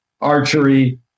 archery